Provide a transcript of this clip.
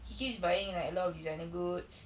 he keeps buying like a lot of designer goods